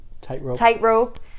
tightrope